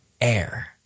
air